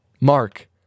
Mark